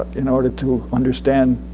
in order to understand